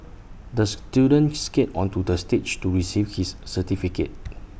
the student skated onto the stage to receive his certificate